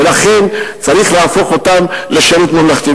ולכן צריך להפוך אותם לשירות ממלכתי.